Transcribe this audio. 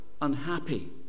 unhappy